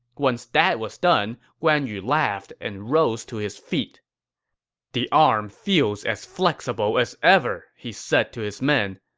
once that was done, guan yu laughed and rose to his feet the arm feels as flexible as ever, he said to his men.